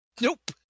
Nope